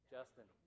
Justin